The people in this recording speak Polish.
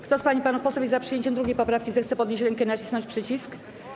Kto z pań i panów posłów jest za przyjęciem 2. poprawki, zechce podnieść rękę i nacisnąć przycisk.